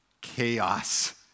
Chaos